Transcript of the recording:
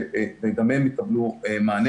שגם הם יקבלו מענה,